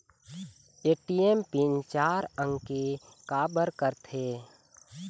ATM pin चार अंक के का बर करथे?